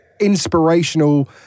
inspirational